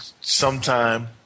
sometime –